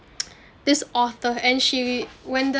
this author and she when the